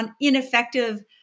ineffective